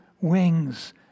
wings